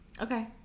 Okay